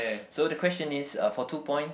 so the question is uh for two points